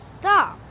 stop